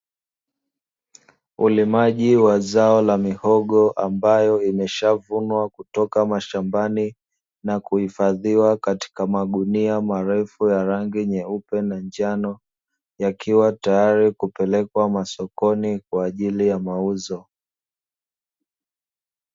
Ulimaji wa zao la mihogo ambayo imesha vunwa kutoka shambani na kuhifadhiwa katika magunia marefu ya rangi nyeupe na njano, yakiwa tayari kupelekwa sokoni kwa ajili ya mauzo.